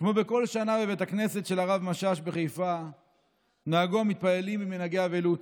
וכמו בכל שנה בבית הכנסת של הרב משאש בחיפה נהגו המתפללים במנהגי אבלות,